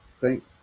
thank